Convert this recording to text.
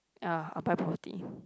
ya I'll buy property